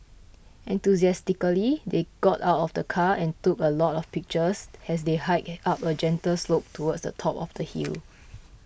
enthusiastically they got out of the car and took a lot of pictures as they hiked up a gentle slope towards the top of the hill